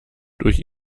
durch